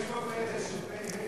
יש פה פתק שהקראתי.